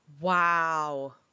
Wow